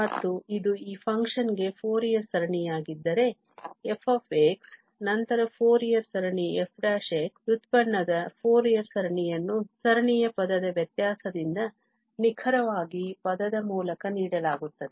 ಮತ್ತು ಇದು ಈ ಫಂಕ್ಷನ್ಗೆ ಫೋರಿಯರ್ ಸರಣಿಯಾಗಿದ್ದರೆ f ನಂತರ ಫೋರಿಯರ್ ಸರಣಿ f ವ್ಯುತ್ಪನ್ನದ ಫೋರಿಯರ್ ಸರಣಿಯನ್ನು ಸರಣಿಯ ಪದದ ವ್ಯತ್ಯಾಸದಿಂದ ನಿಖರವಾಗಿ ಪದದ ಮೂಲಕ ನೀಡಲಾಗುತ್ತದೆ